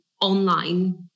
online